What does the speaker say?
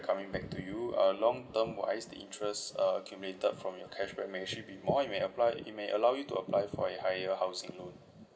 coming back to you uh long term wise the interest accumulated from your cashback maybe should be more you may apply it may allow you to apply for a higher housing loan